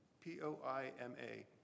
P-O-I-M-A